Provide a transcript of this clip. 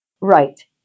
Right